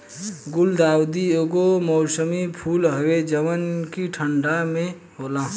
गुलदाउदी एगो मौसमी फूल हवे जवन की ठंडा में होला